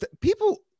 people